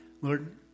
Lord